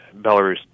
Belarus